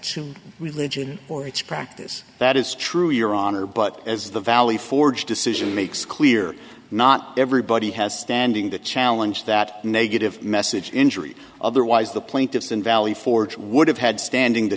to religion it's practice that is true your honor but as the valley forge decision makes clear not everybody has standing to challenge that negative message injury otherwise the plaintiffs in valley forge would have had standing t